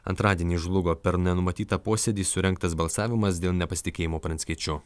antradienį žlugo per nenumatytą posėdį surengtas balsavimas dėl nepasitikėjimo pranckiečiu